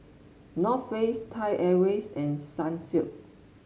North Face Thai Airways and Sunsilk